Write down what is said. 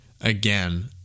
again